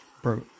Bro